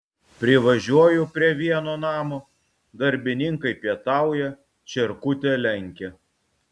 privažiuoju prie vieno namo darbininkai pietauja čierkutę lenkia